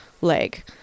leg